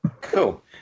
Cool